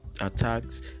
attacks